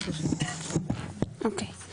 (30)